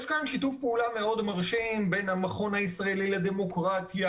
יש כאן שיתוף פעולה מרשים מאוד בין המכון הישראלי לדמוקרטיה,